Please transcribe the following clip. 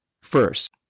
first